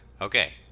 Okay